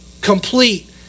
complete